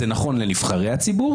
זה נכון לנבחרי הציבור,